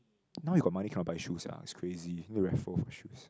now you got money cannot buy shoes sia it's crazy need raffle for shoes